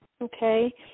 Okay